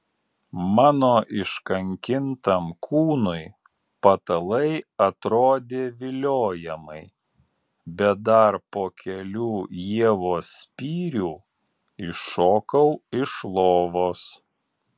mano iškankintam kūnui patalai atrodė viliojamai bet dar po kelių ievos spyrių iššokau iš lovos